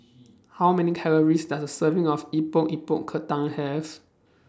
How Many Calories Does A Serving of Epok Epok Kentang Have